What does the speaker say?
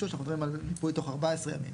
אנחנו מדברים על מיפוי תוך 14 ימים.